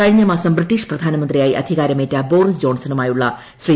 കഴിഞ്ഞ മാസം ബ്രിട്ടീഷ് പ്രധാനമന്ത്രിയായി അധികാരമേറ്റ ബോറിസ് ജോൺസണുമായുള്ള ശ്രീ